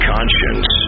Conscience